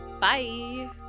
Bye